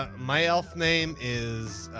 ah my elf name is